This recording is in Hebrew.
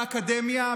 באקדמיה,